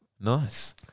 Nice